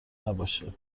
نباشه